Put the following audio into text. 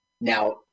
Now